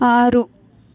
ಆರು